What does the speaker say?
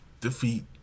defeat